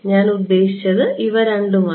ഞാൻ ഉദ്ദേശിച്ചത് ഇവരണ്ടുമാണ്